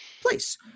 place